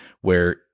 where-